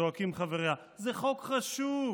זועקים חבריה, זה חוק חשוב.